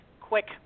quick